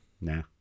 nah